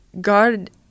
God